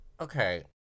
Okay